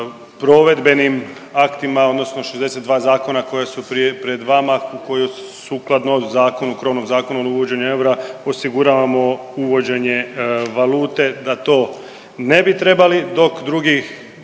provedbenim aktima odnosno 62 zakona koje su pred vama koji sukladno zakonu, krovnom Zakonu o uvođenju eura osiguravamo uvođenje valute da to ne bi trebali dok drugi